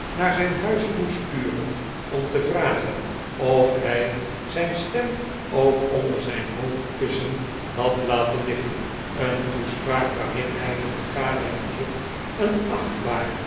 naar zijn huis moest sturen om te vragen of hij zijn stem ook onder zijn hoofdkussen had laten liggen een toespraak waarin hij de vergadering verzocht een achtbaar